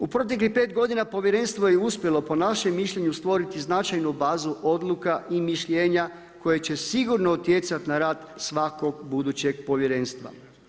U proteklih 5 godina povjerenstvo je uspjelo po našem mišljenju stvoriti značajnu bazu odluka i mišljenja koje će sigurno utjecati na rad svakog budućeg povjerenstva.